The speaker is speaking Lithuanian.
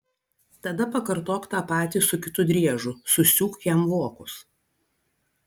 tada pakartok tą patį su kitu driežu susiūk jam vokus